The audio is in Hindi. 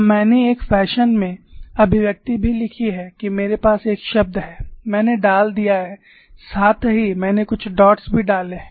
और मैंने एक फैशन में अभिव्यक्ति भी लिखी है कि मेरे पास एक शब्द है मैंने डाल दिया है साथ ही मैंने कुछ डॉट्स भी डाले हैं